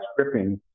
scripting